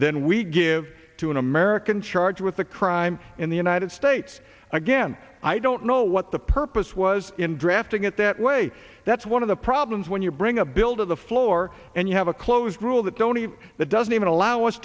than we give to an american charged with a crime in the united states again i don't know what the purpose was in drafting it that way that's one of the problems when you bring a bill to the floor and you have a closed rule that dhoni that doesn't even allow us